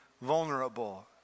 vulnerable